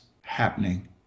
happening